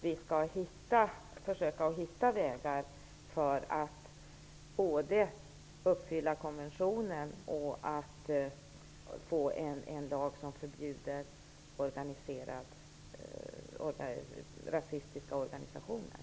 Vi skall försöka att hitta vägar för att både uppfylla konventionen och få en lag som förbjuder rasistiska organisationer.